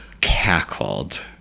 cackled